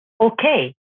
okay